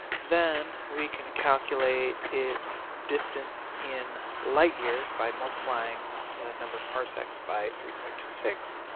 then we can calculate its distance in light-years by multiplying the number f parsecs by three point two six,